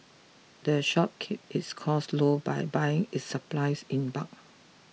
the shop keeps its costs low by buying its supplies in bulk